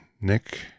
Nick